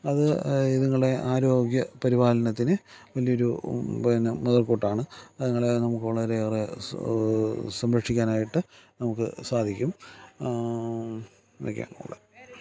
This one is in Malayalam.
അത് ഇതുങ്ങളുടെ ആരോഗ്യപരിപാലനത്തിന് വലിയൊരു പിന്നെ മുതൽക്കൂട്ടാണ് അതുങ്ങളെ നമുക്ക് വളരെയെറെ സംരക്ഷിക്കാനായിട്ട് നമുക്ക് സാധിക്കും ഇതൊക്കെയാണ് ഉള്ളത്